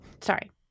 sorry